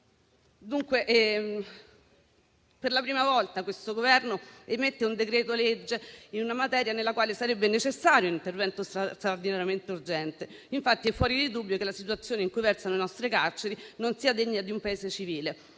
Per la prima volta questo Governo emana un decreto-legge in una materia nella quale sarebbe necessario un intervento straordinariamente urgente, infatti è fuori di dubbio che la situazione in cui versano le nostre carceri non sia degna di un Paese civile;